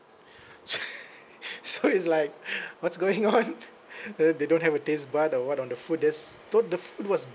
so so it's like what's going on uh they don't have a taste bud or what on the food there's thought the food was